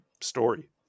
story